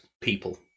people